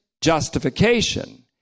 justification